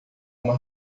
uma